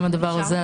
אני